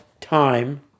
time